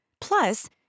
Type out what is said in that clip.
Plus